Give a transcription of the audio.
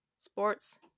Sports